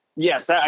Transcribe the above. Yes